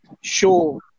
show